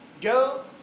Go